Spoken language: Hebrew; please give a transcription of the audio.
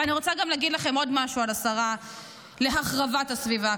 אבל אני רוצה גם להגיד לכם עוד משהו על השרה להחרבת הסביבה,